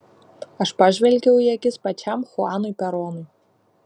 aš pažvelgiau į akis pačiam chuanui peronui